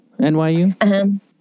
NYU